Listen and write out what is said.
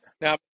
now